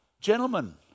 Gentlemen